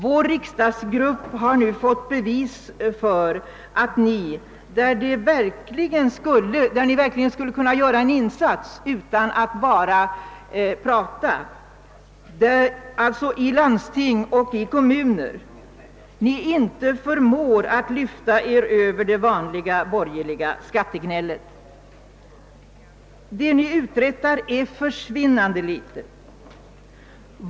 Vår riksdagsgrupp har nu fått bevis för att ni, där ni verkligen skulle kunna göra en insats och inte bara prata, alltså i landsting och kommuner, inte förmår lyfta er över det vanliga borgerliga skattegnället. Det ni uträttar är förvånande litet.